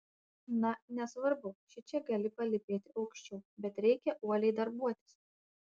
na nesvarbu šičia gali palypėti aukščiau bet reikia uoliai darbuotis